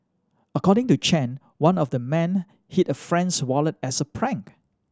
according to Chen one of the men hid a friend's wallet as a prank